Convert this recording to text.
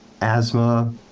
asthma